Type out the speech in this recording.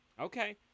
Okay